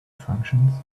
functions